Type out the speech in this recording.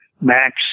Max